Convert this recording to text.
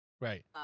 right